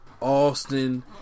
Austin